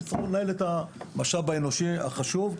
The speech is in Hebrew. וצריך לנהל את המשאב האנושי החשוב.